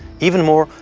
even more,